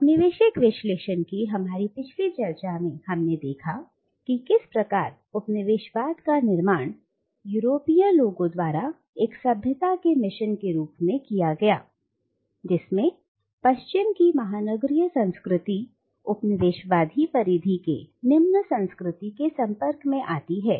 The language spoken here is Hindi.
औपनिवेशिक विश्लेषण के हमारी पिछली चर्चा में हमने देखा कि किस प्रकार उपनिवेशवाद का निर्माण यूरोपीय लोगों द्वारा एक सभ्यता के मिशन के रूप में किया गया जिसमें पश्चिम की महानगरीय संस्कृति उपनिवेशवादी परिधि की "निम्न संस्कृति" के संपर्क में आती है